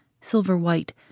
silver-white